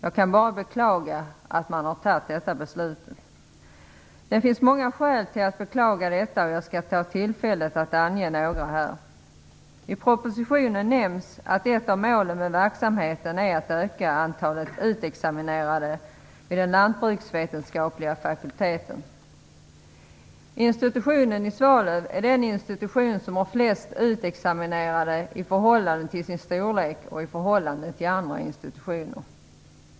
Jag kan bara beklaga att man har fattat detta beslut. Det finns många skäl att beklaga detta, och jag skall ta tillfället i akt att här ange några. I propositionen nämns att ett av målen för verksamheten är att öka antalet utexaminerade vid den lantbruksvetenskapliga fakulteten. Institutionen i Svalöv är den institution som har flest utexaminerade i förhållande till sin storlek och i förhållande till andra institutioner.